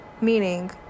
Meaning